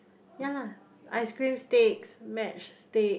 ya lah ice cream sticks match stick